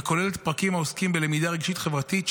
וכוללת פרקים העוסקים בלמידה רגשית-חברתית,